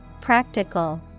Practical